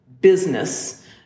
business